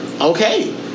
okay